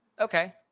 okay